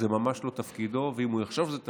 זה ממש לא תפקידו, ואם הוא יחשוב שזה תפקידו,